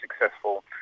successful